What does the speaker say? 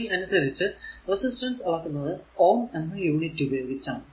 3 അനുസരിച്ചു റെസിസ്റ്റൻസ് അളക്കുന്നത് Ω എന്ന യൂണിറ്റ് ഉപയോഗിച്ചാണ്